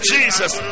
Jesus